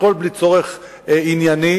הכול בלי צורך ענייני.